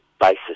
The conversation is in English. basis